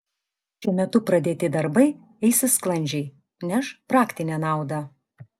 šiuo metu pradėti darbai eisis sklandžiai neš praktinę naudą